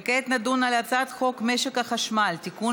כעת נדון בהצעת חוק משק החשמל (תיקון